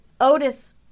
Otis